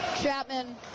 Chapman